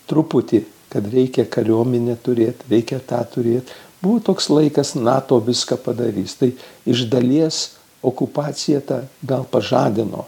truputį kad reikia kariuomenė turėt reikia tą turėt buvo toks laikas nato viską padarys tai iš dalies okupacija ta gal pažadino